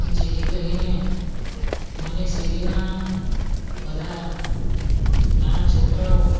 જેથી કરીને મને શેરીના બધા નાના છોકરાઓ